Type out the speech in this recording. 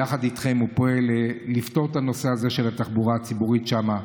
יחד איתכם הוא פועל לפתור את הנושא הזה של התחבורה הציבורית שם.